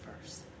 first